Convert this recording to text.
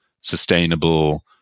sustainable